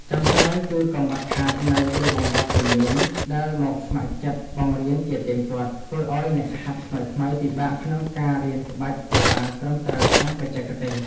ចុងក្រោយ គឺកង្វះខាតនូវគ្រូបង្វឹកជំនាញដែលមកស្ម័គ្រចិត្តបង្រៀនជាទៀងទាត់ ធ្វើឱ្យអ្នកហាត់ថ្មីៗពិបាកក្នុងការរៀនក្បាច់ឱ្យបានត្រឹមត្រូវតាមបច្ចេកទេស។